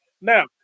Now